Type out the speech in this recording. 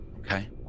Okay